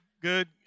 good